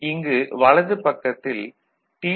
இங்கு வலது பக்கத்தில் டி